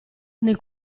nel